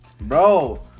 Bro